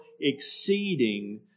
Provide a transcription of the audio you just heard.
exceeding